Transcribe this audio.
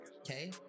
okay